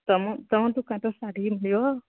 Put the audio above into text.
ତୁମ ତୁମ ଦୋକାନର ଶାଢ଼ୀ ନିଅ